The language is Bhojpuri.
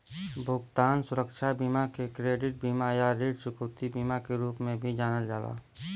भुगतान सुरक्षा बीमा के क्रेडिट बीमा या ऋण चुकौती बीमा के रूप में भी जानल जाला